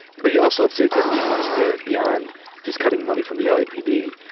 but you also have said that he wants to, beyond just cutting money from the l. a. p. d,